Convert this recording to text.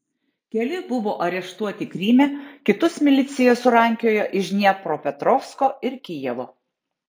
keli buvo areštuoti kryme kitus milicija surankiojo iš dniepropetrovsko ir kijevo